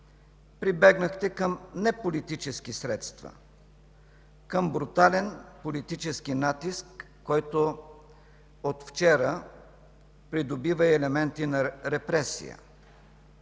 прибягнахте към неполитически средства – към брутален политически натиск, който от вчера придобива и елементи на репресия.